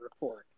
report